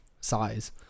size